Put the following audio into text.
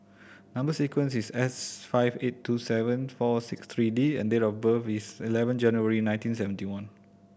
number sequence is S five eight two seven four six three D and date of birth is eleven January nineteen seventy one